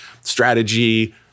strategy